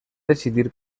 decidir